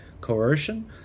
coercion